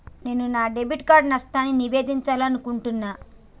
నేను నా debit card నష్టాన్ని నివేదించాలనుకుంటున్నా